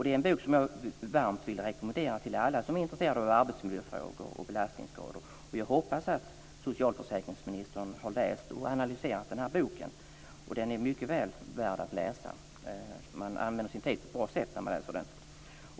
Det är en bok som jag varmt vill rekommendera till alla som är intresserade av arbetsmiljöfrågor och belastningsskador. Jag hoppas att socialförsäkringsministern har läst och analyserat boken. Den är väl värd att läsa. Man använder sin tid på ett bra sätt när man läser den.